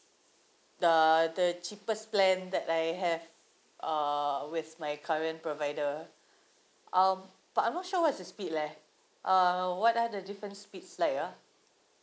the the cheapest plan that I have err with my current provider um but I'm not sure what is the speed leh uh what are the different speeds like ah